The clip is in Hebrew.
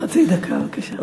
עוד חצי דקה בבקשה.